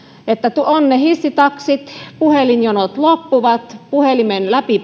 että olisi ne hissitaksit puhelinjonot loppuisivat soittaja pääsisi puhelimessa läpi